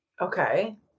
Okay